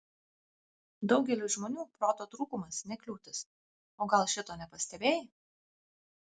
daugeliui žmonių proto trūkumas ne kliūtis o gal šito nepastebėjai